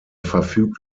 verfügt